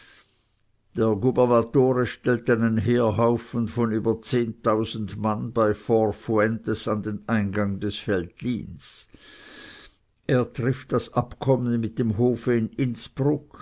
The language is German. stellt einen heerhaufen von über zehntausend mann bei fort fuentes an den eingang des veltlins er trifft das abkommen mit dem hofe in innsbruck